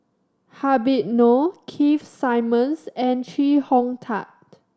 Habib Noh Keith Simmons and Chee Hong Tat